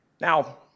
Now